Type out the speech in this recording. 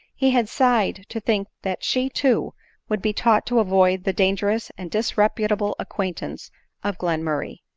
he had sighed to think that she too would be taught to avoid the dangerous and. disreputable acquaintance of glen murray.